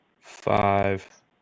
five